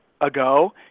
ago